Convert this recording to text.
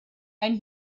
and